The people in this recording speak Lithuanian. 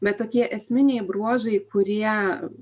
bet tokie esminiai bruožai kurie